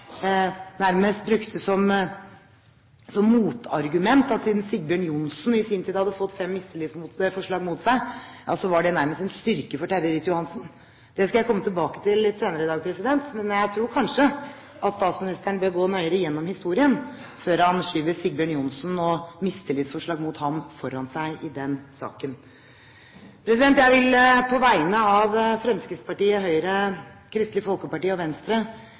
nærmest brukte som motargument at det at Sigbjørn Johnsen i sin tid hadde fått fem mistillitsforslag mot seg, var nærmest en styrke for Terje Riis-Johansen. Det skal jeg komme tilbake til litt senere i dag. Men jeg tror kanskje statsministeren bør gå nøyere gjennom historien før han skyver Sigbjørn Johnsen og mistillitsforslag mot ham foran seg i denne saken. Jeg vil, på vegne av Fremskrittspartiet, Høyre, Kristelig Folkeparti og Venstre